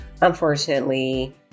unfortunately